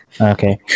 Okay